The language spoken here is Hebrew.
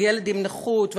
או ילד עם נכות,